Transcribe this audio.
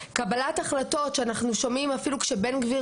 קבלת החלטות שאנחנו שומעים אפילו כשבן גביר